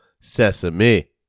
Sesame